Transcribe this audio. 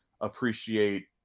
appreciate